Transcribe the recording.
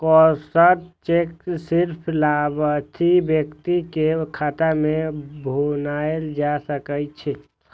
crossed cheque सिर्फ लाभार्थी व्यक्ति के खाता मे भुनाएल जा सकै छै